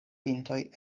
pintoj